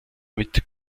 mit